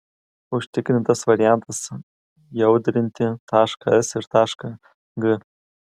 užtikrintas variantas jaudrinti tašką s ir tašką g